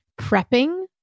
prepping